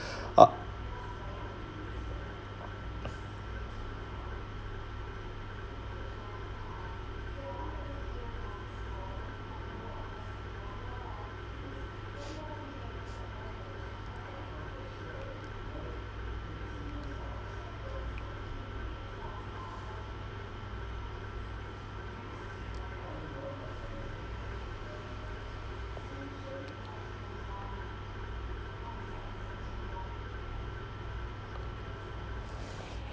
ah